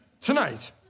Tonight